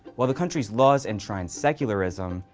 while the country's laws enshrine secularism,